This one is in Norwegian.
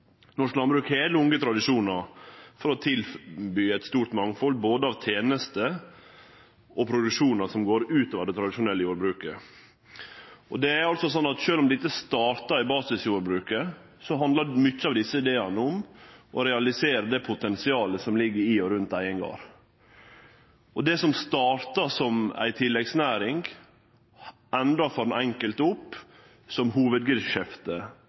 norsk landbruk. Norsk landbruk har lange tradisjonar for å tilby eit stort mangfald av både tenester og produksjon som går utover det tradisjonelle jordbruket. Sjølv om dette starta i basisjordbruket, handlar mange av desse ideane om å realisere det potensialet som ligg i og rundt eigen gard. Det som starta som ei tilleggsnæring, endar for den enkelte som